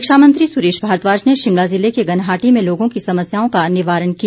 शिक्षा मंत्री सुरेश भारद्वाज ने शिमला जिले के घनाहटी मे लोगों की समस्याओं का निवारण किया